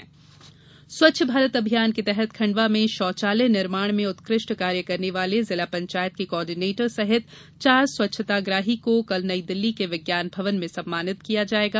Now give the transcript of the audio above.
स्वच्छता पुरस्कार स्वच्छ भारत अभियान के तहत खंडवा में शौचालय निर्माण में उत्कृष्ट कार्य करने वाले जिला पंचायत के कॉर्डिनेटर सहित चार स्वच्छताग्राही को कल नई दिल्ली के विज्ञान भवन में सम्मानित किया जाएगा